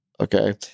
Okay